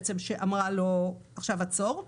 שאמרה לו: עכשיו עצור.